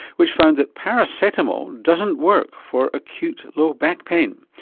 which found that paracetamol doesn't work for acute, low back pain.